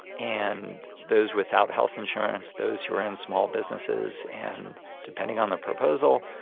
and those without health insurance, those who are in small businesses and depending on the proposal,